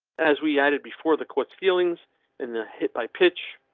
as we added before, the quotes feelings and the hit by pitch,